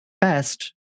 best